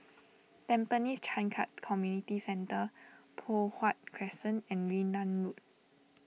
Tampines Changkat Community Centre Poh Huat Crescent and Yunnan Road